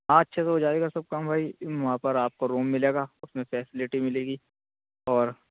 ہاں اچھے سے ہو جائے گا سب کام وہی وہاں پر آپ کو روم ملے گا اس میں فیسلٹی ملے گی اور